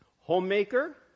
Homemaker